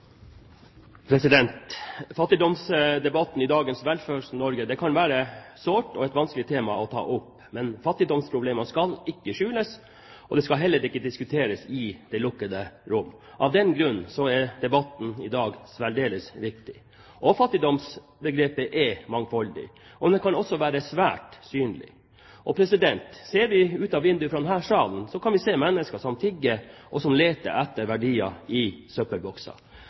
Fattigdomsdebatten i dagens Velferds-Norge kan være et sårt og vanskelig tema å ta opp, men fattigdomsproblemene skal ikke skjules, og de skal heller ikke diskuteres i det lukkede rom. Av den grunn er debatten i dag særdeles viktig. Fattigdomsbegrepet er mangfoldig, og det kan også være svært synlig. Ser vi ut av vinduet fra denne salen, kan vi se mennesker som tigger, og som leter etter verdier i